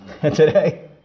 today